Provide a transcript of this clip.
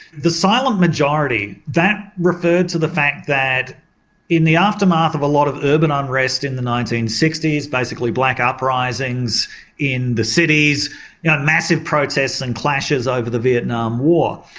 the silent majority that referred to the fact that in the aftermath of a lot of urban unrest in the nineteen sixty s, basically black uprisings in the cities, you know massive protests and clashes over the vietnam war,